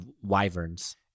wyverns